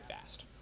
fast